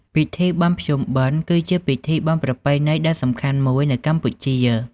ពិធីបុណ្យភ្ជុំបិណ្ឌ គឺជាពិធីបុណ្យប្រពៃណីដ៏សំខាន់មួយនៅកម្ពុជា។